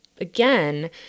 again